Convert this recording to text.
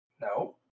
No